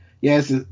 Yes